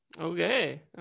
Okay